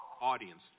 audience